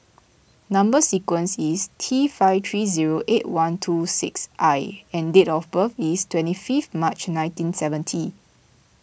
Number Sequence is T five three zero eight one two six I and date of birth is twenty fifth March nineteen seventy